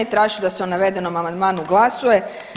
Tražim da se o navedenom amandmanu glasuje.